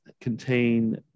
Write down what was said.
contain